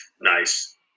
Nice